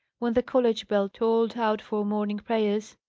when the college bell tolled out for morning prayers,